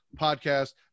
podcast